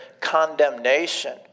condemnation